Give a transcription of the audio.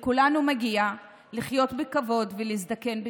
לכולנו מגיע לחיות בכבוד ולהזדקן בכבוד.